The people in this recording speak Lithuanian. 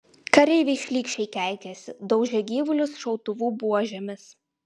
kareiviai šlykščiai keikėsi daužė gyvulius šautuvų buožėmis